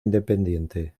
independiente